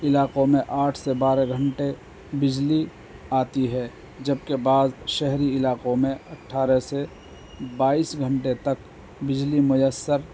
علاقوں میں آٹھ سے بارہ گھنٹے بجلی آتی ہے جبک بعد شہری علاقوں میں اٹھارہ سے بائیس گھنٹے تک بجلی میسر